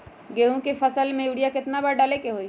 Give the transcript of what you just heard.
गेंहू के एक फसल में यूरिया केतना बार डाले के होई?